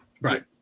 Right